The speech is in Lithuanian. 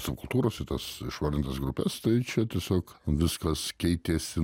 subkultūras šitas išvardintas grupes tai čia tiesiog viskas keitėsi